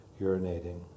urinating